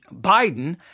Biden